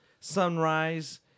Sunrise